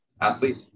athlete